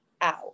out